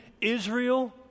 Israel